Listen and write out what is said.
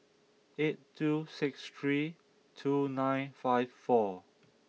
eight two six three two nine five four